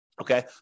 okay